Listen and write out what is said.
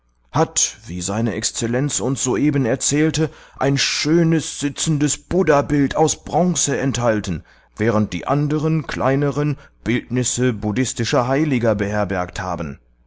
hat wie seine exzellenz uns soeben erzählte ein schönes sitzendes buddhabild aus bronze enthalten während die anderen kleineren bildnisse buddhistischer heiliger beherbergt haben